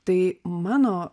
tai mano